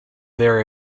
there